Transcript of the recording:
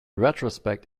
retrospect